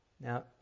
Now